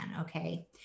okay